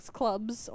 clubs